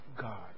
God